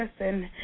listen